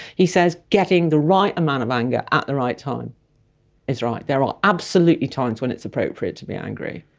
he says getting the right amount of anger at the right time is right. there are absolutely times when it's appropriate to be angry,